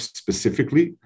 specifically